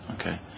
Okay